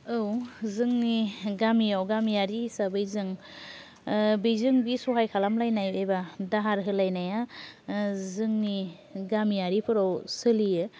औ जोंनि गामियाव गामियारि हिसाबै जों बेजों बे सहाय खालामलायनाय एबा दाहार होलायनाया जोंनि गामियारिफोराव सोलियो